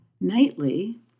Nightly